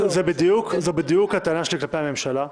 זאת בדיוק הטענה שלי כלפי הממשלה.